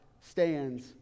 stands